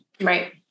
Right